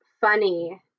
funny